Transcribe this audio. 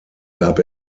gab